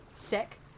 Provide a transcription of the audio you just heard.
Sick